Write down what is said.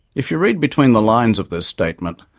if you read between the lines of this statement,